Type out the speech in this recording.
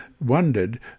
wondered